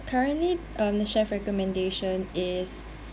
currently um the chef recommendation is